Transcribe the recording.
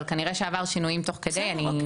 אבל כנראה שעברו שינויים תוך כדי.